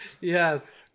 Yes